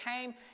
came